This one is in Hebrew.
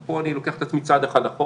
פה אני לוקח את עצמי צעד אחורה